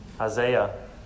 Isaiah